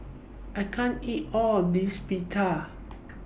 I can't eat All of This Pita